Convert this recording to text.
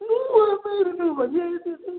അമ്മേ ഇത് എന്ത്